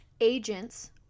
Agents